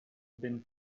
been